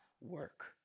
work